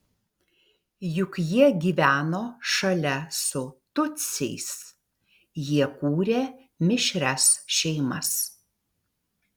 juk jie gyveno šalia su tutsiais jie kūrė mišrias šeimas